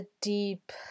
deep